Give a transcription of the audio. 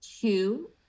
Two